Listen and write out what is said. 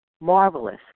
Marvelous